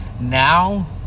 Now